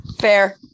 Fair